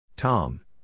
Tom